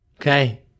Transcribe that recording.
Okay